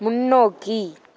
முன்னோக்கி